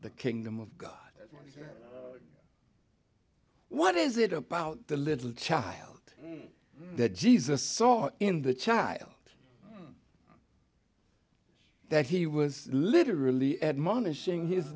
the kingdom of god what is it about the little child that jesus saw in the child that he was literally ad